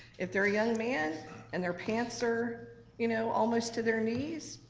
if they're a young man and their pants are you know almost to their knees,